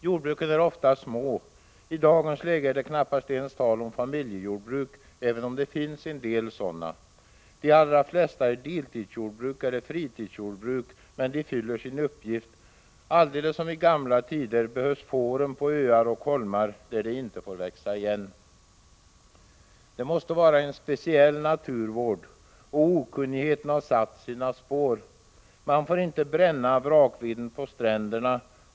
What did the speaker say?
Jordbruken är ofta små. I dagens läge är det knappast ens tal om familjejordbruk, även om det finns en del sådana. De allra flesta är deltidsjordbruk eller fritidsjordbruk. Men de fyller sin uppgift. Alldeles som i gamla tider behövs fåren på öar och holmar, där det inte får växa igen. Det måste vara en speciell naturvård, och okunnigheten har satt sina spår. Man får inte bränna vrakveden på stränderna.